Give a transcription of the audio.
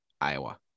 Iowa